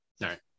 right